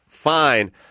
fine